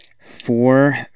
four